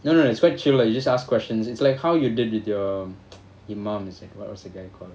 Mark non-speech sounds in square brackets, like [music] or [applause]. no no no it's quite chill lah you just ask questions it's like how you did with your [noise] mom it's like what what's the guy called